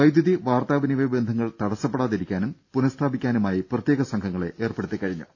വൈദ്യുതി വാർത്താ വിനിമയ ബന്ധങ്ങൾ തടസ്സപ്പെടാതിരിക്കാനും പുനസ്ഥാപിക്കാനുമായി പ്രത്യേക സംഘങ്ങളെ ഏർപ്പെടുത്തിക്കഴിഞ്ഞു